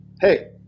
Hey